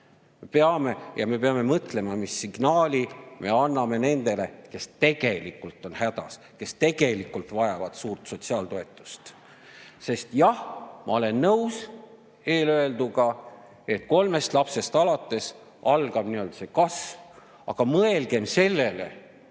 peame mõtlema ka sellele, mis signaali me anname nendele, kes tegelikult on hädas, kes tegelikult vajavad suurt sotsiaaltoetust. Jah, ma olen nõus eelöelduga, et kolmest lapsest alates algab kasv, aga mõelgem sellele,